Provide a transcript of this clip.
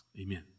Amen